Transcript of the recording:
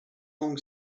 long